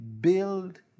build